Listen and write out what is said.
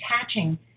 attaching